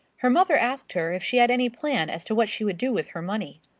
her mother asked her if she had any plan as to what she would do with her money.